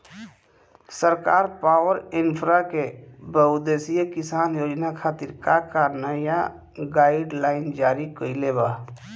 सरकार पॉवरइन्फ्रा के बहुउद्देश्यीय किसान योजना खातिर का का नया गाइडलाइन जारी कइले बा?